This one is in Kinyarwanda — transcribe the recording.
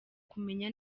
kumenya